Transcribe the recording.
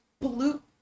pollute